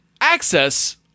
access